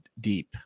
deep